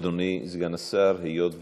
אדוני סגן השר, היות שהקדימו,